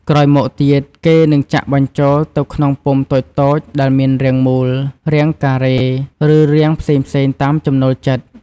ក្រោយមកទៀត គេនឹងចាក់បញ្ចូលទៅក្នុងពុម្ពតូចៗដែលមានរាងមូល រាងការ៉េ ឬរាងផ្សេងៗតាមចំណូលចិត្ត។